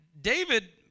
David